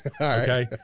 Okay